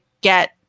get